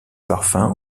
parfum